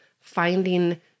finding